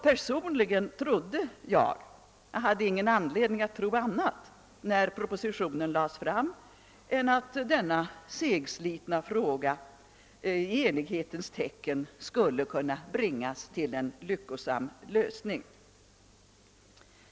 Personligen trodde jag när propositionen lades fram — jag hade ingen anledning att tro något annat — att denna segslitna fråga skulle kunna bringas till en lyckosam lösning i enighetens tecken.